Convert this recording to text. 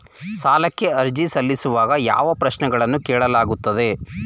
ಸಾಲಕ್ಕೆ ಅರ್ಜಿ ಸಲ್ಲಿಸುವಾಗ ಯಾವ ಪ್ರಶ್ನೆಗಳನ್ನು ಕೇಳಲಾಗುತ್ತದೆ?